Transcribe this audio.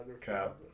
Cap